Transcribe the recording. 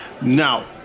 Now –